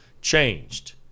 changed